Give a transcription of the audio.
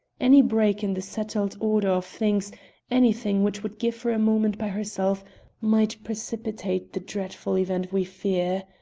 any break in the settled order of things anything which would give her a moment by herself might precipitate the dreadful event we fear.